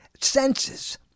senses